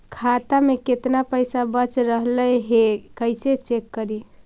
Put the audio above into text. खाता में केतना पैसा बच रहले हे कैसे चेक करी?